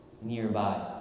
Nearby